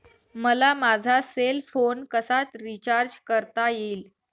मला माझा cell phone कसा रिचार्ज करता येईल?